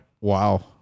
Wow